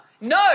No